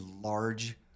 large